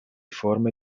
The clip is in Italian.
forme